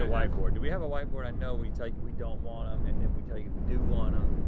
ah whiteboard. do we have a whiteboard? i know we tell you we don't want them, and then we tell you we do want them.